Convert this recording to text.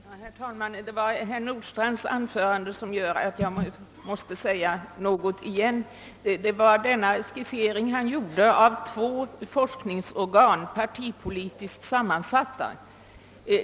Herr talman! Med anledning av herr Nordstrandhs anförande måste jag säga några ord. Han gjorde en skissering av två forskningsorgan, partipolitiskt sammansatta.